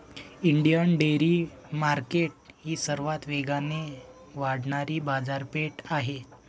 Indian dairy market ही सर्वात वेगाने वाढणारी बाजारपेठ आहे